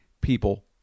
people